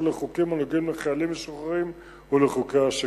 לחוקים הנוגעים לחיילים משוחררים ולחוקי השיקום.